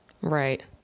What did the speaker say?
Right